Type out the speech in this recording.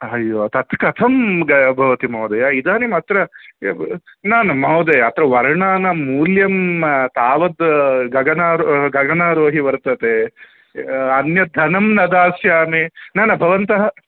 हय्यो तत् कथं ग भवति महोदय इदानीम् अत्र न न महोदय अत्र वर्णानाम् मूल्यं तावद् गनारो गगनारोहितं वर्तते अन्यत् धनं न दास्यामि न न भवन्तः